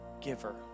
giver